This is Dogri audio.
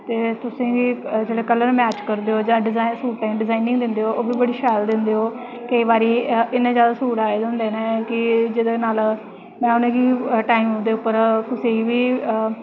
ते तुस जेह्ड़े कल्लर मैच करदे ओ जां सूटै गी डिजाइनिंग दिंदे ओ ओह् बी बड़ी शैल दिंदे ओ केईं बारी इन्ने जैदा सूट आए दे होंदे न कि जेह्दे नाल में मिगी टाइम दे उप्पर कुसै गी बी